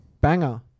Banger